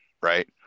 right